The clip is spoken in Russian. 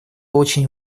очень